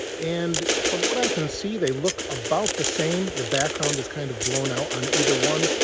and from what i can see, they look about the same. the background is kind of blown out on either one.